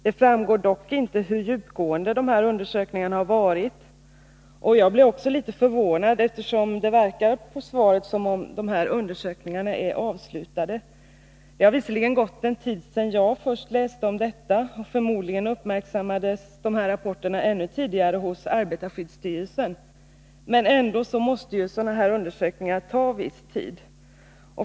Det framgår dock inte hur djupgående dessa har varit. Jag blev också litet förvånad, eftersom det verkar på svaret som om dessa undersökningar är avslutade. Det har visserligen gått en tid sedan jag först läste om rapporterna från Canada, och förmodligen upptäcktes de ännu tidigare hos arbetarskyddsstyrelsen. Men ändå måste sådana här undersökningar ta viss tid.